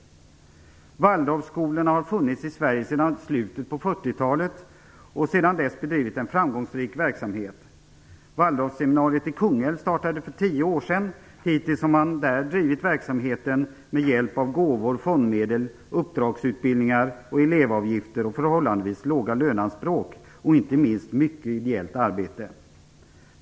Waldorfskolorna har funnits i Sverige sedan slutet av 40-talet och har sedan dess bedrivit en framgångsrik verksamhet. Waldorfseminariet i Kungälv startade för tio år sedan. Hittills har man där drivit verksamheten med hjälp av gåvor, fondmedel, uppdragsutbildningar, elevavgifter, förhållandevis låga löneanspråk och inte minst mycket ideellt arbete.